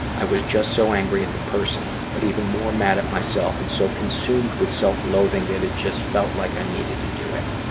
i was just so angry at the person but even more mad at myself and so consumed with self-loathing that i just felt like i needed to do it.